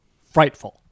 frightful